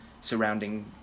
surrounding